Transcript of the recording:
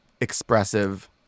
expressive